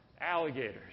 Alligators